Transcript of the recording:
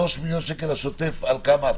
3 מיליון שקל לשוטף על כמה?